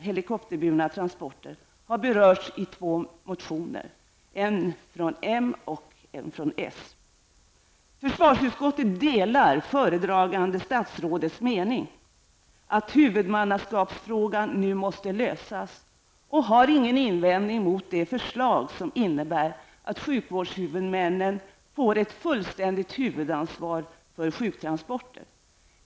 helikopterburna transporter har berörts i två motioner, från moderaterna resp. Försvarsutskottet delar föredragande statsrådets mening att huvudmannaskapsfrågan nu måste lösas och har ingen invändning mot det förslag som innebär att sjukvårdshuvudmännen får ett fullständigt huvudansvar för sjuktransporter.